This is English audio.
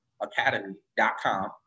academy.com